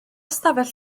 ystafell